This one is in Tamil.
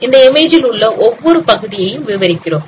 அந்த இமேஜில் உள்ள ஒவ்வொரு பகுதியையும் விவரிக்கிறோம்